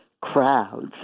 crowds